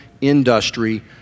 industry